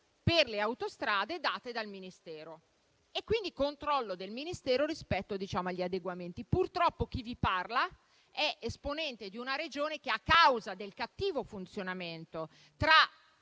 per le autostrade date dal Ministero e quindi il controllo del Ministero sugli adeguamenti. Purtroppo chi vi parla è esponente di una Regione che, a causa del cattivo funzionamento tra